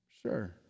Sure